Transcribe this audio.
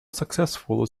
successful